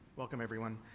welcome, everyone.